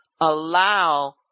allow